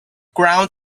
ground